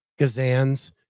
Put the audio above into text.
Gazans